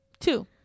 two